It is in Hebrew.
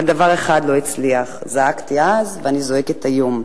אבל דבר אחד לא הצליח, זעקתי אז ואני זועקת היום.